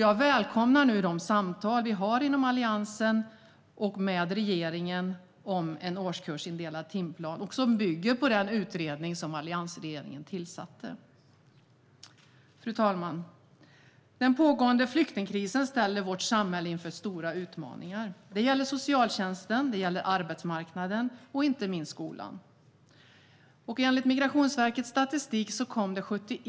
Jag välkomnar nu de samtal som vi inom Alliansen har med regeringen om en årskursindelad timplan och som bygger på den utredning som alliansregeringen tillsatte. Fru talman! Den pågående flyktingkrisen ställer vårt samhälle inför stora utmaningar. Det gäller socialtjänsten, arbetsmarknaden och inte minst skolan. Enligt Migrationsverkets statistik kom 71